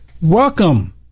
Welcome